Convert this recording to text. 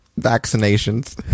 vaccinations